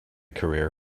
career